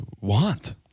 want